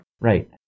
Right